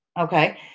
Okay